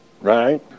Right